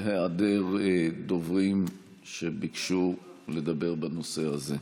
בהיעדר דוברים שביקשו לדבר בנושא הזה.